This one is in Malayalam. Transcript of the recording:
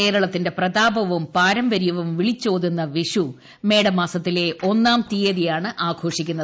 കേരളത്തിന്റെ പ്രതാപവും പാരമ്പര്യവും വിളിച്ചോതുന്ന വിഷു മേടമാസത്തിലെ ഒന്നാം തീയതിയാണ് ആഘോഷിക്കുന്നത്